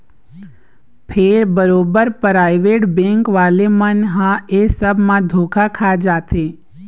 फेर बरोबर private bank वाले मन ह ऐ सब म धोखा खा जाथे